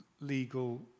legal